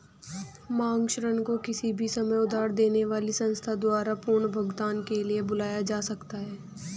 मांग ऋण को किसी भी समय उधार देने वाली संस्था द्वारा पुनर्भुगतान के लिए बुलाया जा सकता है